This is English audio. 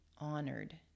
honored